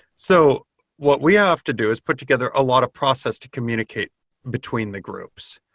so what we have to do is put together a lot of process to communicate between the groups.